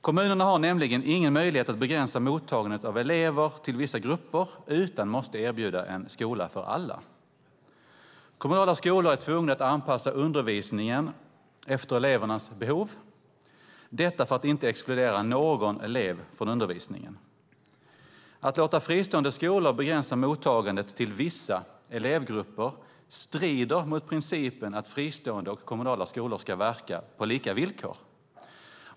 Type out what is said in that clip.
Kommunerna har nämligen ingen möjlighet att begränsa mottagandet av elever till vissa grupper utan måste erbjuda en skola för alla. Kommunala skolor är tvungna att anpassa undervisningen efter elevernas behov, detta för att inte exkludera någon elev från undervisningen. Att låta fristående skolor begränsa mottagandet till vissa elevgrupper strider mot principen att fristående och kommunala skolor ska verka på lika villkor.